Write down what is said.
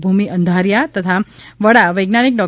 ભૂમિ અંધારિયા તથા વડા વૈજ્ઞાનિક ડો